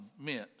meant